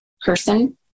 person